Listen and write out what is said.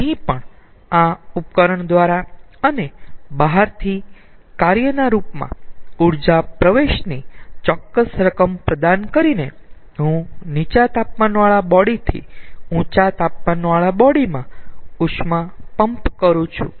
અહીં પણ આ ઉપકરણ દ્વારા અને બહારથી કાર્યના રૂપમાં ઊર્જા પ્રવેશની ચોક્કસ રકમ પ્રદાન કરીને હું નીચા તાપમાનવાળા બોડી થી ઊંચા તાપમાનવાળા બોડી માં ઉષ્મા પંપ કરું છું